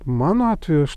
mano atveju aš